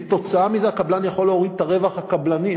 כתוצאה מזה הקבלן יכול להוריד את הרווח הקבלני,